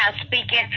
speaking